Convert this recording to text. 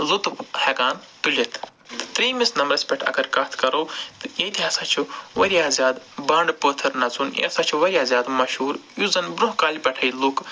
لُطُف ہٮ۪کان تُلِتھ ترٛیٚیمِس نَمبرَس پٮ۪ٹھ اگر کَتھ کَرو تہٕ ییٚتہِ ہَسا چھُ وارِیاہ زیادٕ بانٛڈٕ پٲتھٕر نَژُن یہِ ہسا چھِ وارِیاہ زیادٕ مشہوٗر یُس زَن برٛونٛہہ کالہِ پٮ۪ٹھَے لُکھ